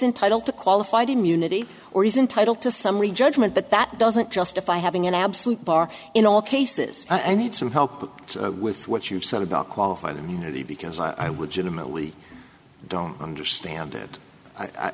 entitled to qualified immunity or he's entitled to summary judgment but that doesn't justify having an absolute bar in all cases i need some help with what you've said about qualified immunity because i would generally don't understand it i